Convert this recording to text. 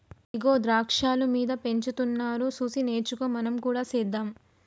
ఇగో ద్రాక్షాలు మీద పెంచుతున్నారు సూసి నేర్చుకో మనం కూడా సెద్దాం